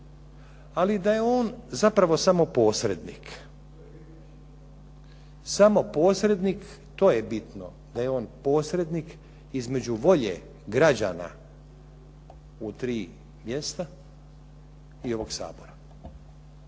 ali da je on zapravo samo posrednik. Samo posrednik, to je bitno, da je on posrednik između volje građana u tri mjesta i ovog Sabora.